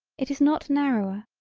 it is not narrower,